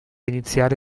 iniziare